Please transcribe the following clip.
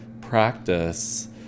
practice